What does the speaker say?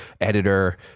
editor